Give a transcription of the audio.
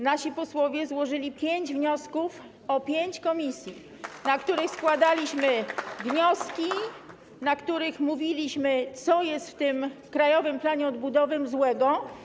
Nasi posłowie złożyli pięć wniosków o zwołanie pięciu posiedzeń komisji, na których składaliśmy wnioski, na których mówiliśmy, co jest w tym Krajowym Planie Odbudowy złego.